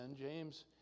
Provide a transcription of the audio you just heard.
James